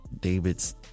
david's